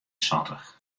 santich